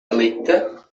delicte